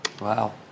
wow